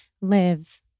live